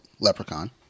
Leprechaun